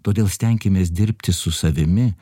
todėl stenkimės dirbti su savimi